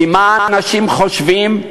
כי מה אנשים חושבים?